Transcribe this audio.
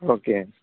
okay